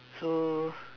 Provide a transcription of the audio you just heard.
so